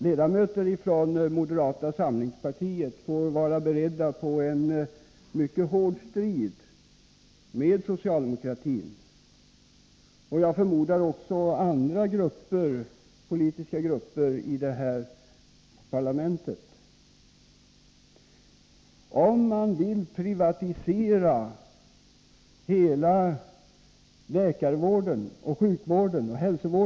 Ledamöterna från moderata samlingspartiet får vara beredda på en mycket hård strid med socialdemokratin — och, förmodar jag, även med andra politiska grupper här i parlamentet — om man vill privatisera hela hälsooch sjukvården.